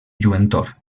lluentor